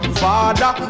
father